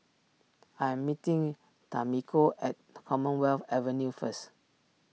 I am meeting Tamiko at Commonwealth Avenue first